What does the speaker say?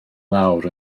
lawr